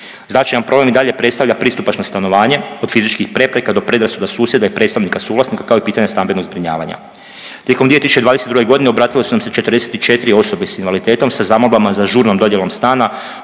Značajan problem i dalje predstavlja pristupačno stanovanje od fizičkih prepreka do predrasuda susjeda i predstavnika suvlasnika kao i pitanje stambenog zbrinjavanja. Tijekom 2022. godine obratile su nam se 44 osobe s invaliditetom sa zamolbama za žurnom dodjelom stana